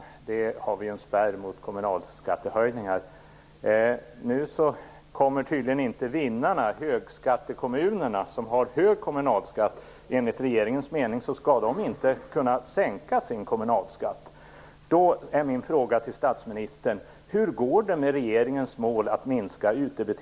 Vi har en spärr mot kommunalskattehöjningar. Nu skall tydligen inte vinnarna, de kommuner som har hög kommunalskatt, enligt regeringens mening kunna sänka sin kommunalskatt.